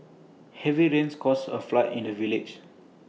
heavy rains caused A flood in the village